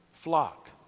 Flock